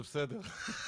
זה בסדר.